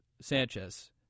Sanchez